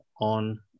on